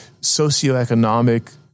socioeconomic